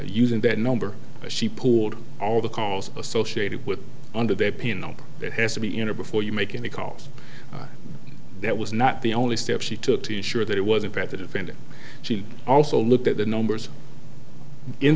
using that number she pulled all the calls associated with under their pin number that has to be in it before you make any calls that was not the only step she took the sure that it wasn't at the defendant she also looked at the numbers in